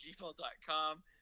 gmail.com